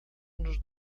nos